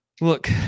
Look